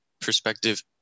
perspective